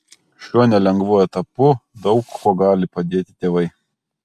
šiuo nelengvu etapu daug kuo gali padėti tėvai